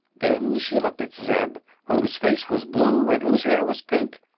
then she looked at zeb, whose face was blue and whose hair was pink,